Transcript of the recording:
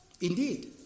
Indeed